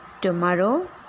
Tomorrow